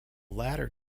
latter